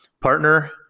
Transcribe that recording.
partner